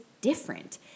different